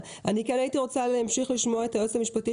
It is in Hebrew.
אני רוצה להמשיך לשמוע את היועצת המשפטית